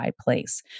place